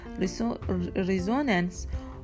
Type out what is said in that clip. resonance